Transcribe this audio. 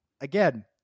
again